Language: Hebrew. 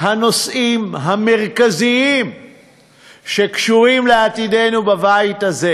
הנושאים המרכזיים שקשורים לעתידנו בבית הזה.